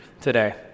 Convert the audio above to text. today